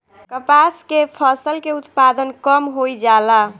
कपास के फसल के उत्पादन कम होइ जाला?